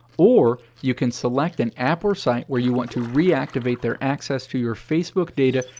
or, you can select an app or site where you want to re-activate their access to your facebook data,